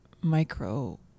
micro